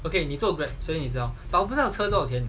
okay 你做 Grab 所以 but 我开的车多少钱